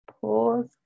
pause